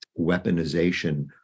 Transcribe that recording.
weaponization